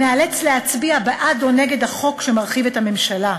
ניאלץ להצביע בעד או נגד החוק שמרחיב את הממשלה.